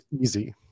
easy